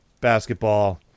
basketball